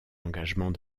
engagement